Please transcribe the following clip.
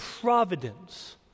providence